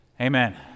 Amen